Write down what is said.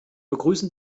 begrüßen